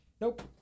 Nope